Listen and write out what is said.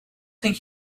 think